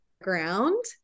ground